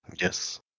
Yes